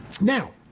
Now